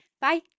bye